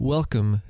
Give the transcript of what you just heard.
Welcome